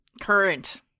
current